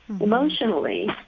emotionally